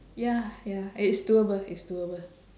ya ya it is doable it's doable